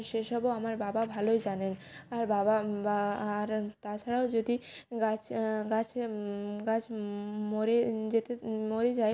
সে সবও আমার বাবা ভালোই জানেন আর বাবা বা আর তাছাড়াও যদি গাছ গাছে গাছ মরে যেতে মরে যায়